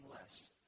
less